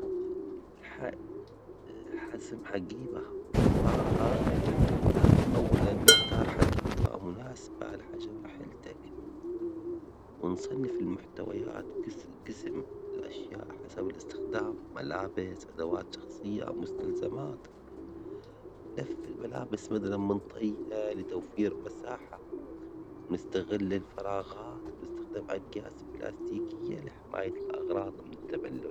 لحزم حجيبة بكفاءة، لازم أولاً نختار حجيبة مناسبة لحاجة حيلتك ونصنف المحتويات، جسم الأشياء حسب الاستخدام: ملابس، أدوات شخصية، أو مستلزمات، لف الملابس بدلاً من طيّها لتوفير مساحة، نستغل الفراغات ونستخدم أكياس بلاستيكية لحماية الأغراض من التبلل.